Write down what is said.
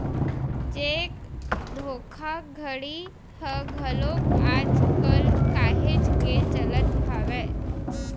cheque धोखाघड़ी ह घलोक आज कल काहेच के चलत हावय